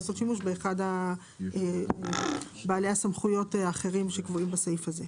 לעשות שימוש באחד מבעלי הסמכויות האחרים שקבועים בסעיף הזה.